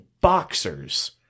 boxers